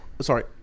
Sorry